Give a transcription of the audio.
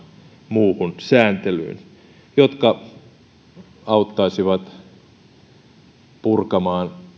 muuhun sääntelyyn joka auttaisi purkamaan